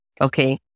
okay